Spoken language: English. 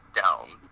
down